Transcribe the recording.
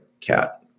cat